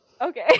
okay